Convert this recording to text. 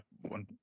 one